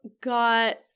got